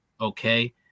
okay